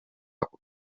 ako